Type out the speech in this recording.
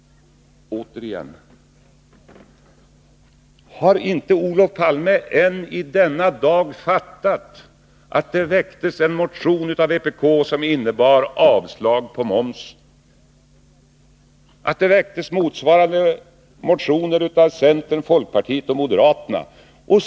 Återigen: Har inte Olof Palme än i denna dag fattat att det väcktes en motion av vpk som innebar avslag på moms och att det väcktes motsvarande motioner av centern, folkpartiet och moderaterna?